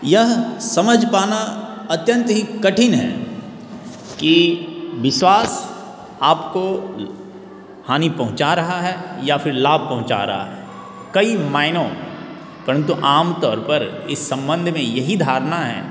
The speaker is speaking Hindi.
यह समझ पाना अत्यंत ही कठिन है कि विश्वास आपको हानि पहुँचा रहा है या फिर लाभ पहुँचा रहा है कई मायनों में परंतु आम तौर पर इस सम्बंध में यही धारणा है